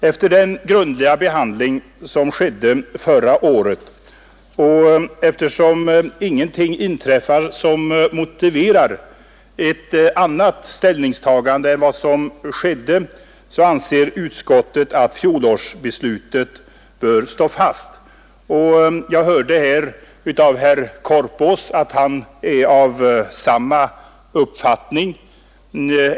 Efter den grundliga behandling som skedde förra året och eftersom ingenting har inträffat som motiverar ett ändrat ställningstagande, anser utskottet att fjolårsbeslutet bör stå fast. Jag hörde av herr Korpås att han är av samma uppfattning.